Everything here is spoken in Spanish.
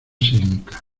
sísmica